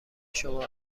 شما